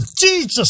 Jesus